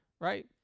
right